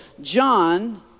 John